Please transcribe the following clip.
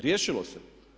Riješilo se.